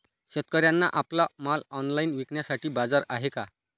शेतकऱ्यांना आपला माल ऑनलाइन विकण्यासाठी बाजार आहे का?